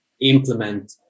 implement